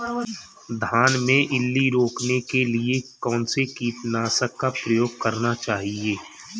धान में इल्ली रोकने के लिए कौनसे कीटनाशक का प्रयोग करना चाहिए?